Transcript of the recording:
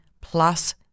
plus